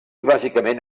bàsicament